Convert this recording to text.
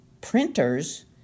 printers